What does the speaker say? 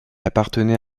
appartenait